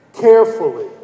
carefully